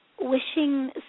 wishing